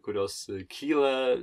kurios kyla